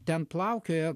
ten plaukioja